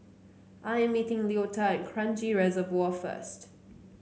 I'm meeting Leota Kranji Reservoir first